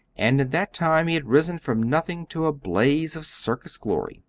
and in that time he had risen from nothing to a blaze of circus glory.